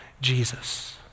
Jesus